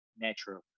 natural